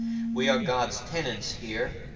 we are god's tenants here,